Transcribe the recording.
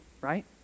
right